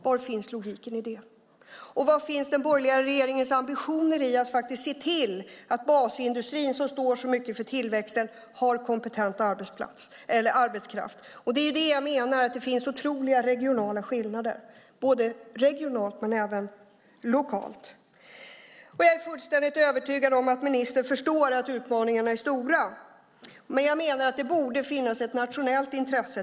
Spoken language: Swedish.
Var finns logiken i det? Var finns den borgerliga regeringens ambitioner att faktiskt se till att basindustrin, som står för så mycket av tillväxten, har kompetent arbetskraft? Det är det jag menar, det finns otroliga regionala skillnader och även lokala. Jag är fullständigt övertygad om att ministern förstår att utmaningarna är stora, men jag menar att det borde finnas ett nationellt intresse.